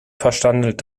verschandelt